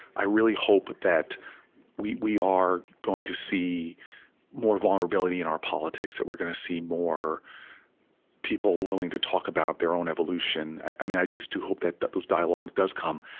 i really hope that we we are going to see more vulnerability in our politics, that we're going to see more people willing to talk about their own evolution. i just do hope that that this dialogue does come.